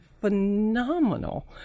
phenomenal